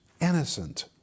Innocent